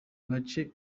gace